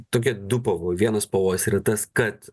tokie du pavojai vienas pavojus yra tas kad